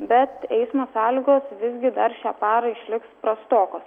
bet eismo sąlygos visgi dar šią parą išliks prastokos